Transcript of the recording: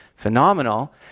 Phenomenal